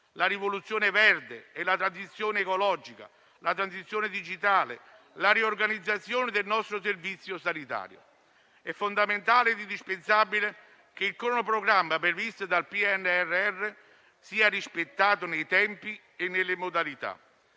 la rivoluzione verde e la transizione ecologica, la transizione digitale e la riorganizzazione del nostro servizio sanitario. È fondamentale e indispensabile che il cronoprogramma previsto dal PNRR sia rispettato nei tempi e nelle modalità.